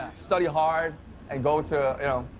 study hard and go into a you know,